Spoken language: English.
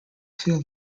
feel